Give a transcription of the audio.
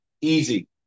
Easy